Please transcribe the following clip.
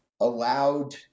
allowed